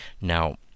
Now